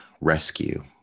rescue